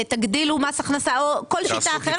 תגדילו מס הכנסה או כל שיטה אחרת.